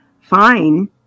Fine